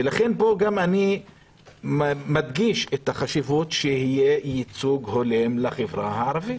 לכן אני מדגיש את החשיבות שיהיה ייצוג הולם לחברה הערבית.